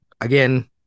Again